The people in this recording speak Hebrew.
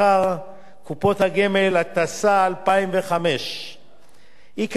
התשס"ה 2005. עיקרי התיקונים הם כדלהלן: